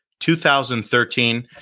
2013